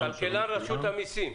כלכלן רשות המיסים.